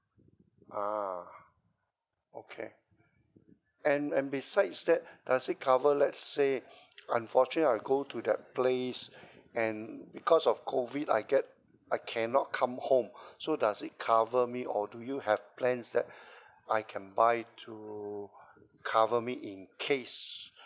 ah okay and and besides that does it cover let's say unfortunately I go to that place and because of COVID I get I cannot come home so does it cover me or do you have plans that I can buy to cover me in case